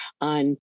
on